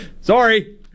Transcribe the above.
Sorry